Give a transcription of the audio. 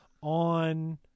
on